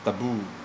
taboo